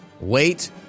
Wait